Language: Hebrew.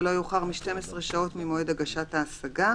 ולא יאוחר מ-12 שעות ממועד הגשת ההשגה.